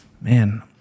Man